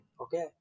Okay